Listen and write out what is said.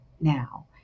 now